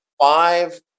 five